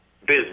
business